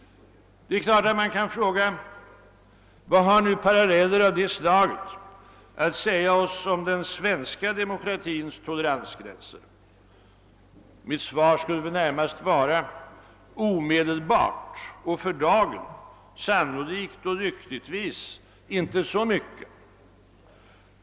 Det är klart att man kan fråga: Vad har paralleller av det slaget att säga oss om den svenska demokratins toleransgränser? Mitt svar är väl närmast: Omedelbart och för dagen sannolikt och lyckligtvis inte så mycket.